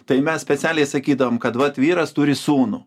tai mes specialiai sakydavom kad vat vyras turi sūnų